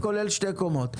כולל שתי קומות.